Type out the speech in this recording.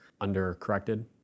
under-corrected